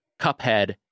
Cuphead